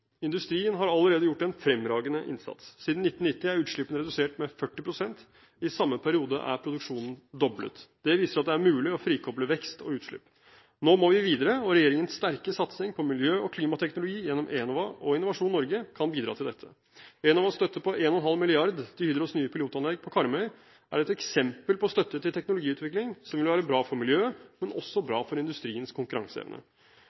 Industrien har allerede gjort en fremragende innsats. Siden 1990 er utslippene redusert med 40 pst., i samme periode er produksjonen doblet. Det viser at det er mulig å frikoble vekst og utslipp. Nå må vi videre og regjeringens sterke satsing på miljø- og klimateknologi gjennom Enova og Innovasjon Norge kan bidra til dette. Enovas støtte på 1,5 mrd. kr til Hydros nye pilotanlegg på Karmøy er et eksempel på støtte til teknologiutvikling som vil være bra for miljøet, men også